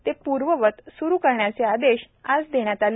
ते पूर्ववत स्रू करण्याचे आदेश आज देण्यात आले